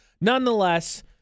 Nonetheless